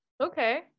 Okay